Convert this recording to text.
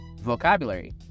vocabulary